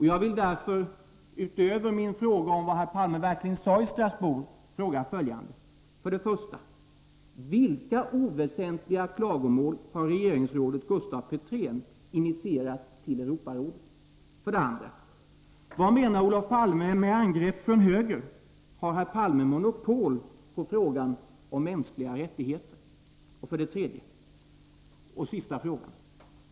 Jag vill därför, utöver min fråga om vad herr Palme verkligen sade i Strasbourg, fråga följande: 1. Vilka oväsentliga klagomål har regeringsrådet Gustaf Petrén initierat till Europarådet? 2. Vad menar Olof Palme med uttrycket ”angrepp från höger”? Har herr Palme monopol på frågan om mänskliga rättigheter? 3.